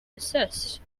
desist